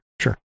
Sure